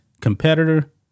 competitor